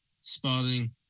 Spotting